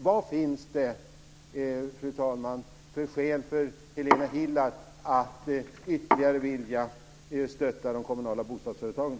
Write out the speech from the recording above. Vad finns det, fru talman, för skäl för Helena Hillar Rosenqvist att ytterligare vilja stötta de kommunala bostadsföretagen?